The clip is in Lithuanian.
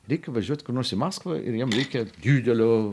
reikia važiuot kur nors į maskvą ir jam reikia didelio